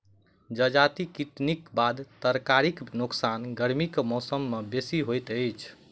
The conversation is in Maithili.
जजाति कटनीक बाद तरकारीक नोकसान गर्मीक मौसम मे बेसी होइत अछि